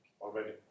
already